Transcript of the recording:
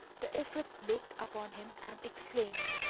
the ifrit looked upon him and exclaimed,